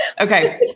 Okay